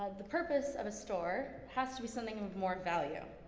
ah the purpose of a store has to be something of more value.